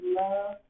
love